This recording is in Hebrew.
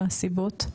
מהן הסיבות?